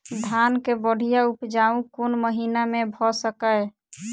धान केँ बढ़िया उपजाउ कोण महीना मे भऽ सकैय?